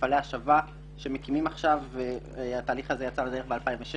במפעלי השבה שמקימים עכשיו כאשר התהליך הזה יצא לדרך ב-2016,